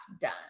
done